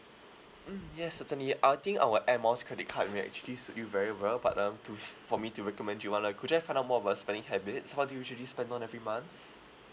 mm yes certainly I think our air miles credit card will actually suit you very well but um to for me to recommend you one uh could you help find out more about spending habits what do you usually spend on every month